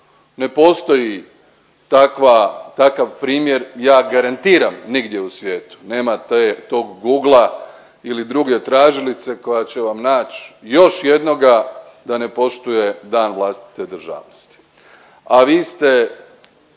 Ne postoji takav primjer, ja garantiram nigdje u svijetu, nema tog Googla ili druge tražilice koja će vam nać još jednoga da ne poštuje dan vlastite državnosti.